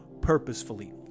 purposefully